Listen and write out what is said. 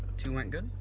two went good,